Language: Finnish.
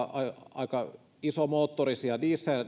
aika isomoottorisia